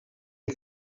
you